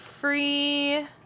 free